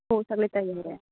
हो सगळे तयार आहे